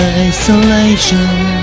isolation